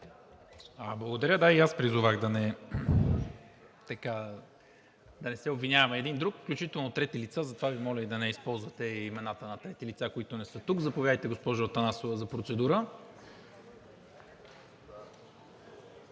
Благодаря. И аз призовах да не се обвиняваме един друг, включително трети лица, затова Ви моля да не използвате имената на трети лица, които не са тук. Заповядайте, госпожо Атанасова, за процедура.